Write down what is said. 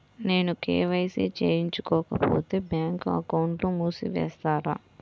నేను కే.వై.సి చేయించుకోకపోతే బ్యాంక్ అకౌంట్ను మూసివేస్తారా?